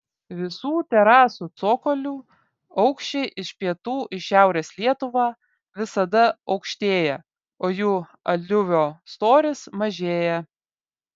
visų terasų cokolių aukščiai iš pietų į šiaurės lietuvą visada aukštėja o jų aliuvio storis mažėja